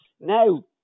now